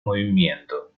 movimiento